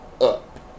up